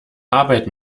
arbeit